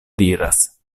diras